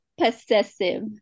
possessive